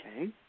Okay